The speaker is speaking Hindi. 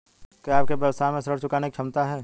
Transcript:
क्या आपके व्यवसाय में ऋण चुकाने की क्षमता है?